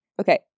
Okay